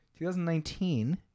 2019